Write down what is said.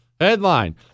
Headline